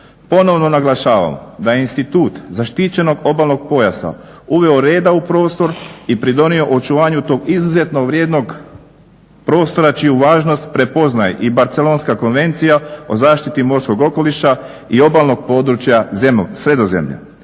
Ponovno naglašavam da je institut zaštićenog obalnog pojasa uveo reda u prostor i pridonio očuvanju tog izuzetno vrijednog prostora čiju važnost prepoznaje i Barcelonska konvencija o zaštiti morskog okoliša i obalnog područja Sredozemlja.